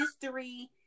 history